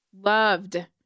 Loved